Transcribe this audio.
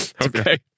Okay